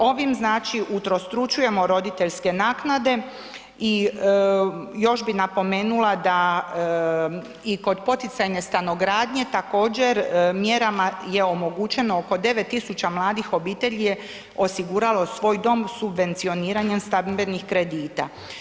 Ovim znači utrostručujemo roditeljske naknade i još bi napomenula da, i kod poticajne stanogradnje također, mjerama je omogućeno oko 9 tisuća mladih obitelji je osiguralo svoj dom subvencioniranjem stambenih kredita.